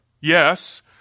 Yes